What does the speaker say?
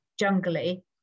jungly